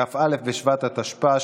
כ"א בשבט התשפ"א,